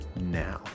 now